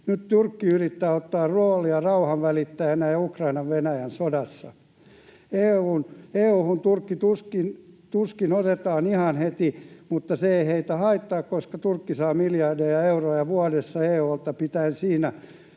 Nyt Turkki yrittää ottaa roolia rauhanvälittäjänä Ukrainan—Venäjän sodassa. EU:hun Turkkia tuskin otetaan ihan heti, mutta se ei heitä haittaa, koska Turkki saa miljardeja euroja vuodessa EU:lta pitämällä